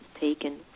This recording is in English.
taken